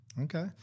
Okay